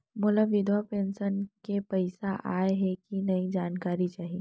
मोला विधवा पेंशन के पइसा आय हे कि नई जानकारी चाही?